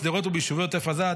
בשדרות וביישובי עוטף עזה),